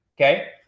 okay